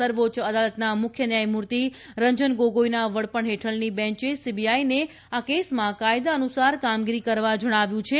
સર્વોચ્ચ અદાલતના મુખ્ય ન્યાયમૂર્તિ રંજન ગોગોઈના વડપણ હેઠળની બેન્ચે સીબીઆઈને આ કેસમાં કાયદા અનુસાર કામગીરી કરવા જણાવ્યું છે